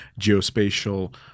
geospatial